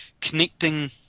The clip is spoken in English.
connecting